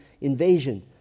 invasion